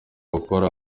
gukora